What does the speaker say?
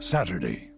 Saturday